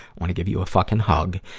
wanna give you a fucking hug.